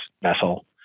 vessel